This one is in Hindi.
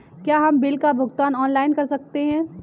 क्या हम बिल का भुगतान ऑनलाइन कर सकते हैं?